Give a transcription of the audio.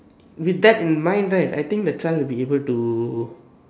with that in mind right I think the child will be able to